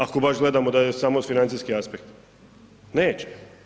Ako baš gledamo da je samo financijski aspekt, neće.